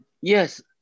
Yes